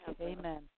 amen